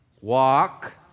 Walk